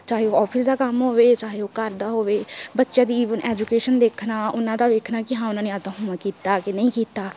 ਚਾਹੇ ਉਹ ਆਫਿਸ ਦਾ ਕੰਮ ਹੋਵੇ ਚਾਹੇ ਉਹ ਘਰ ਦਾ ਹੋਵੇ ਬੱਚਿਆਂ ਦੀ ਈਵਨ ਐਜੂਕੇਸ਼ਨ ਦੇਖਣਾ ਉਹਨਾਂ ਦਾ ਵੇਖਣਾ ਕੀ ਹਾਂ ਉਹਨਾਂ ਨੇ ਆਪਣਾ ਹੋਮਵਰਕ ਕੀਤਾ ਕਿ ਨਹੀਂ ਕੀਤਾ